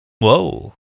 Whoa